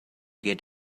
get